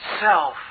self